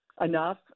enough